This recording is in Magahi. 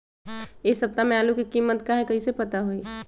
इ सप्ताह में आलू के कीमत का है कईसे पता होई?